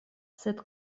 sed